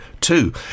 two